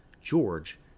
George